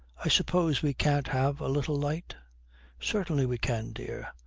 i suppose we can't have a little light certainly we can, dear.